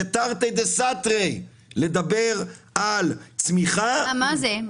זה תרתי דסתרי לדבר על צמיחה -- מה זה?